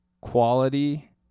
quality